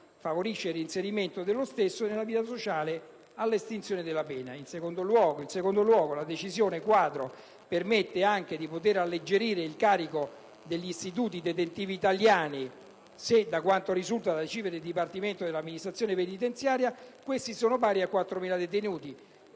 favorisce il reinserimento dello stesso nell'ambito sociale. In secondo luogo, la decisione quadro permette anche di poter alleggerire il carico degli istituti detentivi italiani se, da quanto risulta da cifre del dipartimento dell'amministrazione penitenziaria, questi detenuti